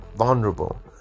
vulnerable